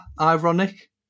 ironic